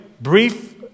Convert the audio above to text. brief